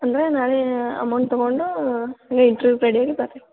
ಅಂದ್ರೆ ನಾಳೆ ಅಮೌಂಟ್ ತಗೊಂಡು ಹಾಗೆ ಇಂಟರ್ವ್ಯೂಗೆ ರೆಡಿ ಆಗಿ ಬರ್ರಿ